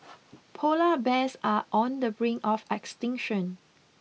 polar bears are on the brink of extinction